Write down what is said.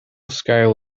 scale